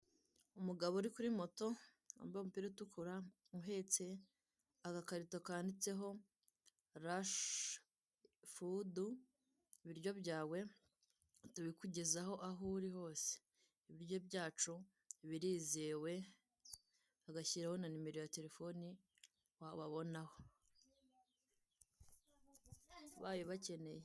umugabo uri kuri moto wambaye umupira utukura uhetse agakarito kanditseho Rush food ibiryo byawe tubikugezaho aho uri hose ibiryo byacu birizewe bagashyiraho na nimero ya terefone wababonaho ubaye ubakeneye.